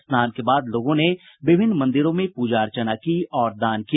स्नान के बाद लोगों ने विभिन्न मंदिरों में पूजा अर्चना की और दान किया